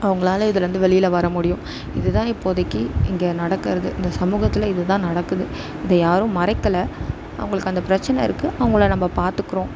அவங்களால் இதுலேருந்து வெளியில வர முடியும் இதுதான் இப்போதைக்கு இங்கே நடக்கிறது இந்த சமூகத்தில் இதுதான் நடக்குது இதை யாரும் மறைக்கலை அவங்களுக்கு அந்த பிரச்சனை இருக்குது அவங்களை நம்ம பார்த்துக்குறோம்